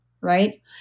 right